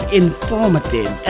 informative